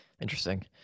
interesting